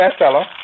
bestseller